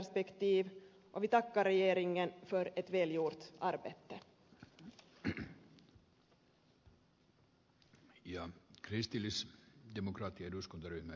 grunden är nu lagd för ett framtidsperspektiv och vi tackar regeringen för ett välgjort arbete